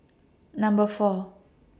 Number four